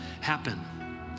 happen